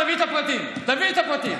תביא את הפרטים, תביא את הפרטים.